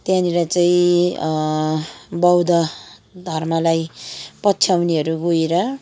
त्यहाँनिर चाहिँ बौद्ध धर्मलाई पछ्याउनेहरू गएर